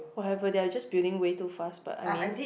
whatever they are just building way too fast but I mean